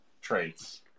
traits